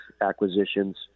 acquisitions